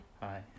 Hi